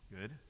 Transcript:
Good